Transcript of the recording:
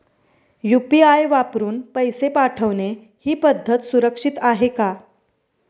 UPI वापरून पैसे पाठवणे ही पद्धत सुरक्षित आहे का?